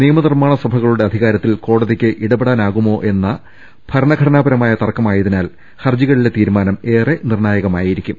നിയമനിർമ്മാണ സഭകളുടെ അധികാര ത്തിൽ കോടതിക്ക് ഇടപെടാനാകുമോ എന്ന ഭരണഘടനാപരമായ തർക്കമായതിനാൽ ഹർജികളിലെ തീരുമാനം ഏറെ നിർണ്ണായകമാ യിരിക്കും